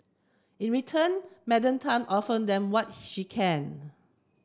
in return Madam Tan offer them what she can